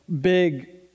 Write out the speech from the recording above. big